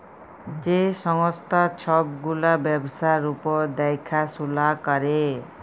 যে সংস্থা ছব গুলা ব্যবসার উপর দ্যাখাশুলা ক্যরে